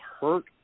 hurt